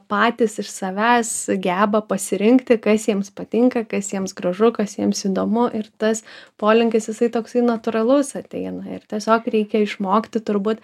patys iš savęs geba pasirinkti kas jiems patinka kas jiems gražu kas jiems įdomu ir tas polinkis jisai toksai natūralus ateina ir tiesiog reikia išmokti turbūt